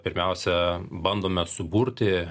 pirmiausia bandome suburti